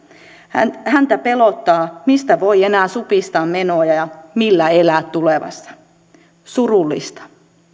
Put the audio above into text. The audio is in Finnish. häntä häntä pelottaa mistä voi enää supistaa menoja ja millä elää tulevaisuudessa surullista